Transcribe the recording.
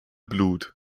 blut